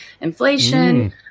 inflation